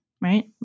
right